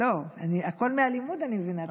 לא, הכול מהלימוד, אני מבינה.